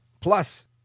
Plus